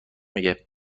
میگه